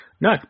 No